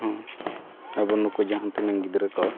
ᱦᱮᱸ ᱟᱵᱚ ᱱᱩᱠᱩ ᱡᱟᱦᱟᱸ ᱛᱤᱱᱟᱹᱜ ᱜᱤᱫᱽᱨᱟᱹ ᱠᱚ